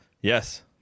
Yes